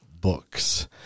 books